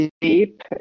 deep